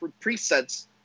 presets